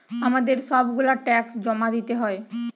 আমাদের সব গুলা ট্যাক্স জমা দিতে হয়